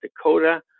Dakota